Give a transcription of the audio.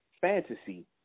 Fantasy